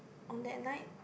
on that night